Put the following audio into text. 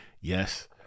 yes